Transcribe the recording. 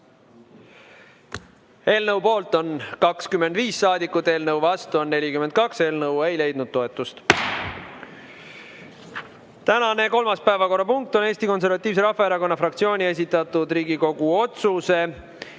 Eelnõu poolt on 25 saadikut, eelnõu vastu on 42. Eelnõu ei leidnud toetust. Tänane kolmas päevakorrapunkt on Eesti Konservatiivse Rahvaerakonna fraktsiooni esitatud Riigikogu otsuse